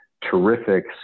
terrific